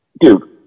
dude